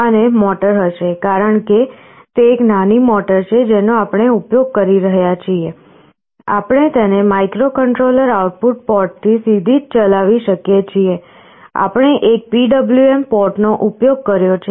અને મોટર હશે કારણ કે તે એક નાની મોટર છે જેનો આપણે ઉપયોગ કરી રહ્યા છીએ આપણે તેને માઇક્રોકન્ટ્રોલર આઉટપુટ પોર્ટ થી સીધી જ ચલાવી શકીએ છીએ આપણે એક PWM પોર્ટનો ઉપયોગ કર્યો છે